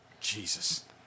Jesus